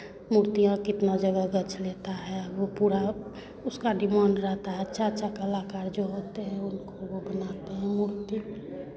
मूर्तियाँ कितना जगह गछ लेता है वो पूरा उसका डिमांड रहता है अच्छा अच्छा कलाकार जो होते हैं उनको वो बनाते हैं मूर्ति